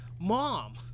Mom